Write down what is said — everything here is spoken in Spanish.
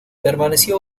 permaneció